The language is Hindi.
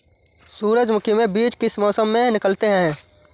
सूरजमुखी में बीज किस मौसम में निकलते हैं?